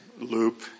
loop